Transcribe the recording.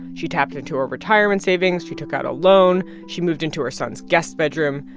she tapped into a retirement savings. she took out a loan. she moved into her son's guest bedroom.